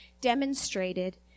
demonstrated